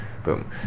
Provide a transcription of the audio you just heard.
Boom